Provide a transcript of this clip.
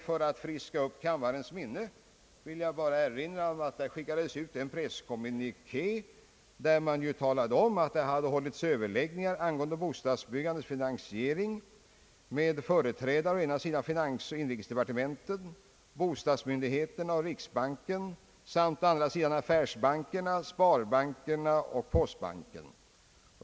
För att friska upp kammarens minne vill jag erinra om att det i anslutning till dessa överläggningar skickades ut en presskommuniké, där det talades om att det hade hållits överläggningar angående bostadsbyggandets finansiering mellan företrädare för å ena sidan finansoch inrikesdepartementen, <bostadsmyndigheterna och riksbanken samt å andra sidan affärsbankerna, sparbankerna och postbanken.